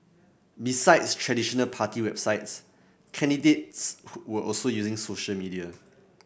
besides traditional party websites candidates were also using social media